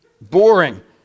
Boring